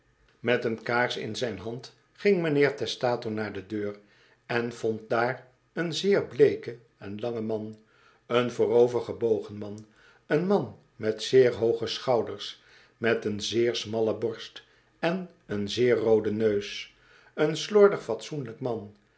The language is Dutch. met een kaars in zijn hand ging mijnheer testator naar de deur en vond daar een zeer bleeken en langen man een voorovergebogen man een man met zeer hooge schouders met een zeer smalle borst en een zeer rooden neus een slordi g fatsoenlijk man